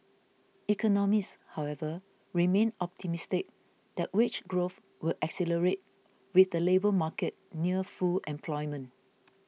economists however remain optimistic that wage growth will accelerate with the labour market near full employment